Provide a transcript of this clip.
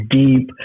deep